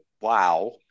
wow